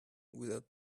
without